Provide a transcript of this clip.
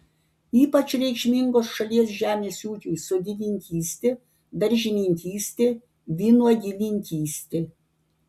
ypač reikšmingos šalies žemės ūkiui sodininkystė daržininkystė vynuogininkystė